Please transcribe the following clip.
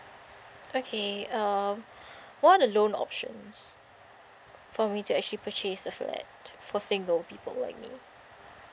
okay um what are the loan options for me to actually purchase a flat for single people like me